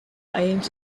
aims